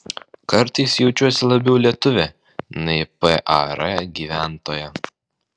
kartais jaučiuosi labiau lietuvė nei par gyventoja